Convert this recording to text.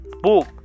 book